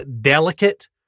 delicate